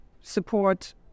support